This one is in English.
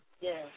Yes